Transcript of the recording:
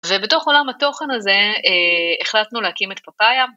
ובתוך עולם התוכן הזה, החלטנו להקים את פאפאיה.